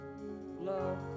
love